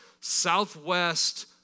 Southwest